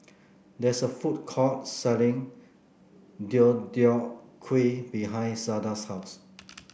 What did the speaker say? there's a food court selling Deodeok Gui behind Zada's house